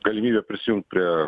galimybę prisijungt prie